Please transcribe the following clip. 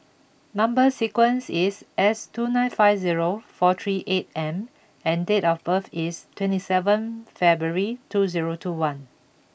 number sequence is S two nine five zero four three eight M and date of birth is twenty seven February two zero two one